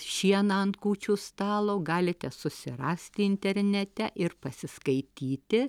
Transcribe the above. šieną ant kūčių stalo galite susirasti internete ir pasiskaityti